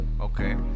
okay